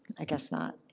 i guess not.